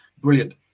Brilliant